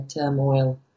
turmoil